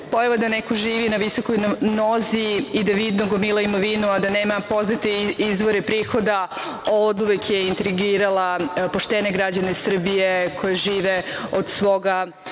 pojava da neko živi na visokoj nozi i da vidno gomila imovinu, a da nema poznate izvore prihoda, oduvek je intrigirala poštene građane Srbije, koji žive od svoga